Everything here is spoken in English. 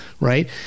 right